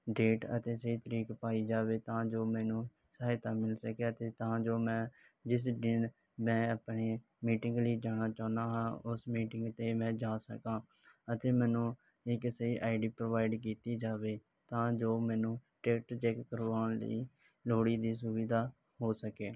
date ਅਤੇ ਜੇ ਤਰੀਕ ਪਾਈ ਜਾਵੇ ਤਾਂ ਜੋ ਮੈਨੂੰ ਸਹਾਇਤਾ ਮਿਲ ਸਕੇ ਅਤੇ ਤਾਂ ਜੋ ਮੈਂ ਜਿਸ ਦਿਨ ਮੈਂ ਆਪਣੇ ਮੀਟਿੰਗ ਲਈ ਜਾਣਾ ਚਾਹੁੰਦਾ ਹਾਂ ਉਸ ਮੀਟਿੰਗ 'ਤੇ ਮੈਂ ਜਾ ਸਕਾਂ ਅਤੇ ਮੈਨੂੰ ਜੇ ਕਿਸੇ ਆਈ ਡੀ ਪ੍ਰੋਵਾਈਡ ਕੀਤੀ ਜਾਵੇ ਤਾਂ ਜੋ ਮੈਨੂੰ ਟਿਕਟ ਚੈੱਕ ਕਰਵਾਉਣ ਲਈ ਲੋੜੀਂਦੀ ਸੁਵਿਧਾ ਹੋ ਸਕੇ